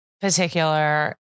particular